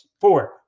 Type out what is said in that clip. four